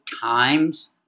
times